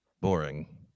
boring